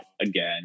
again